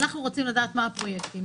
אנחנו רוצים לדעת מה הם הפרויקטים?